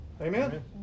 Amen